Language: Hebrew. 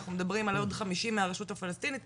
אנחנו מדברים על עוד 50 מהרשות הפלסטינית?